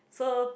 so